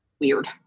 weird